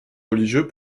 religieux